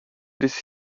this